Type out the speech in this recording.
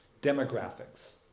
Demographics